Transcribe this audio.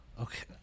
Okay